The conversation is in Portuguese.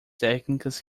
técnicas